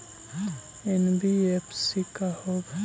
NBFC का होब?